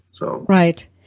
Right